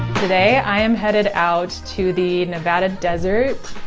today i am headed out to the nevada desert.